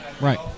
Right